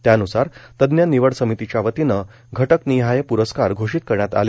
त्यानुसार तज्ञ समितीच्यावतीनं घटकनिहाय पुरस्कार घोषित करण्यात आले